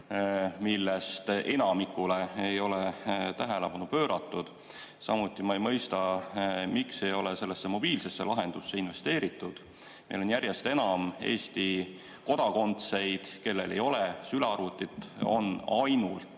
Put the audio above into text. millest enamikule ei ole tähelepanu pööratud. Samuti ma ei mõista, miks ei ole sellesse mobiilsesse lahendusse investeeritud. Meil on järjest enam Eesti kodakondseid, kellel ei ole sülearvutit, on ainult